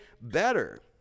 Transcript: better